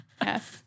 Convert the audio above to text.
Yes